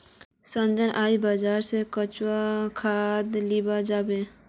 संजय आइज बाजार स केंचुआ खाद लीबा जाबे